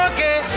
Okay